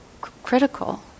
critical